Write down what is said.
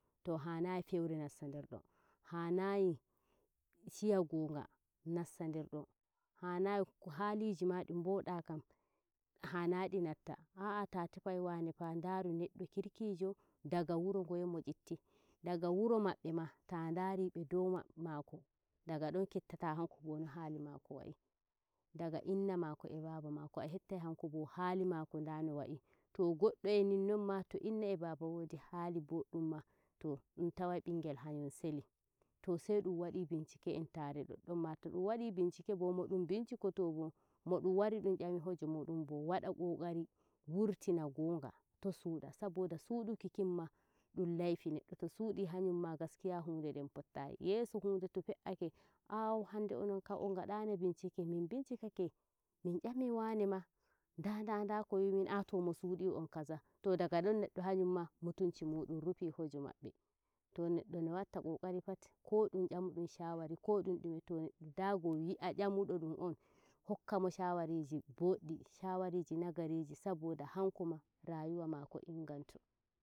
to hanai feure nasta nder don hanayi shiyan ngoga nasta nder don hanayi ko haliji di nboɗa kam hanai di natta ah ta tefai waanefa ndaru neɗɗo kirkijo daga wuro ngoye mo yitti daga wuro mabbe ma taa ndari be dow bab- maato daga don ketta ta hankobo no haali maako wa'i daga inna maako e baaba mako a hettai hankobo hali mako nda no wa'i to goddo e ninnon ma to baaba e inna woodi haali boddum ma to dum tawai bingel hanyum seli to saidum wadi bincike ebntare e doddonma ro to ɗum wadi bincike bo moɗum bincikoto fu moɗum wari dum yami heje muɗum bo wada kokari wurtina gonga to suda saboda suduki kinma dum laifi neddo to sudi hanyumma gaskiya hunde nden pottai yeso hunde to fe'ake au hande ononkam on ngadai na bincike min bincikake min yami wane ma nda nda nda ko wimin ah to mo suudi on kaza to daga don neɗɗo hanyumma mutuncimudum rufi heje mabbe to neɗɗo no watta qoqari pat ko ɗum yaɗum shawariko ɗum ɗume to neddo dago wi'ah yamuɗo ɗum onn hokkamo shawari boddi shawari nagariji saboda hanko rayuwa maako inganto